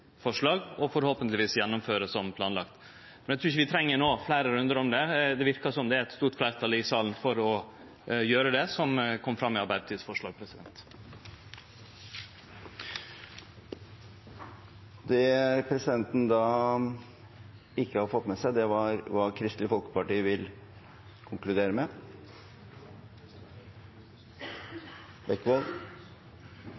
forslag – og forhåpentlegvis gjennomføre som planlagt. Men eg trur ikkje vi treng fleire rundar om det no. Det verkar som om det er eit stort fleirtal i salen for å gjere det som kom fram i Arbeidarpartiets forslag. Det presidenten da ikke har fått med seg, er hva Kristelig Folkeparti vil konkludere med.